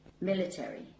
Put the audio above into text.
military